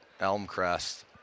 Elmcrest